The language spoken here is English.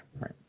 right